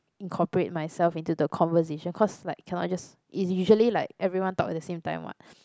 incorporate myself into the conversation cause like cannot just it's usually like everyone talk at the same time what